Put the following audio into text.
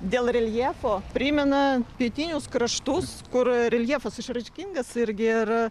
dėl reljefo primena pietinius kraštus kur reljefas išraiškingas irgi ir